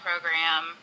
program